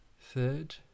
third